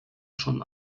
schon